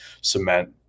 cement